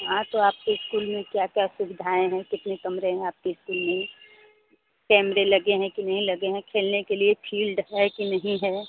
हाँ तो आपके स्कूल में क्या क्या सुविधाएँ हैं कितने कमरे हैं आपके स्कूल में कैमरे लगे हैं कि नहीं लगे हैं खेलने के लिए फील्ड है कि नहीं है